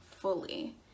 fully